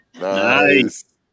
nice